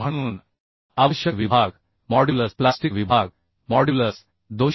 म्हणून आवश्यक विभाग मॉड्यूलस प्लास्टिक विभाग मॉड्यूलस 247